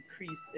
increase